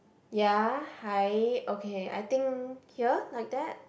ya hi okay I think here like that